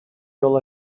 yol